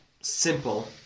simple